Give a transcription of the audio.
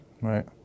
Right